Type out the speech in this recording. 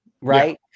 right